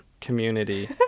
Community